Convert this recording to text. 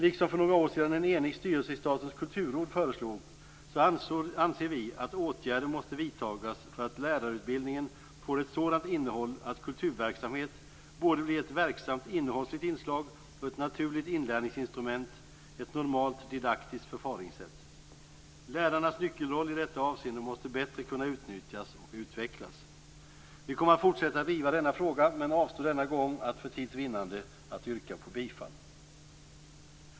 Liksom en enig styrelse i Statens kulturråd för några år sedan föreslog anser vi att åtgärder måste vidtas för att lärarutbildningen får ett sådant innehåll att kulturverksamhet både blir ett verksamt innehållsligt inslag och ett naturligt inlärningsinstrument, ett normalt didaktiskt förfaringssätt. Lärarnas nyckelroll i detta avseende måste bättre kunna utnyttjas och utvecklas. Vi kommer att fortsätta att driva denna fråga, men jag avstår denna gång att för tids vinnande att yrka bifall.